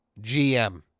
GM